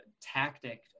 tactic